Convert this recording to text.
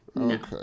Okay